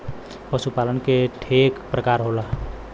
पशु पालन के ठे परकार होला